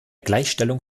gleichstellung